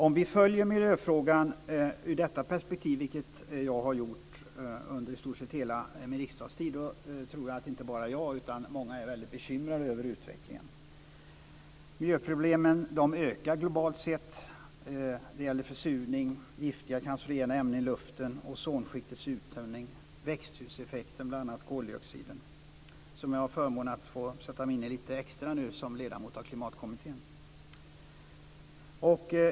Om vi följer miljöfrågan ur detta perspektiv - vilket jag har gjort under i stort sett hela min riksdagstid - tror jag att inte bara jag utan även många andra är bekymrade över utvecklingen. Miljöproblemen ökar globalt sett. Det gäller försurning, giftiga cancerogena ämnen i luften, ozonskiktets uttunning, växthuseffekten och då bl.a. koldioxiden, som jag har förmånen att sätta mig in i lite extra nu som ledamot av Klimatkommittén.